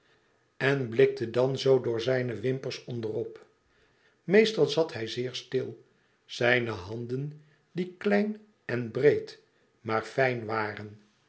en blikte dan zoo door zijne wimpers onder op meestal zat hij zeer stil zijne handen die klein en breed maar fijn waren